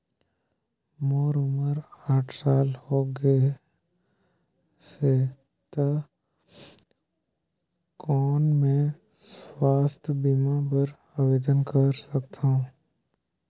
मोर उम्र साठ साल हो गे से त कौन मैं स्वास्थ बीमा बर आवेदन कर सकथव?